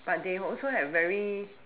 but they also have very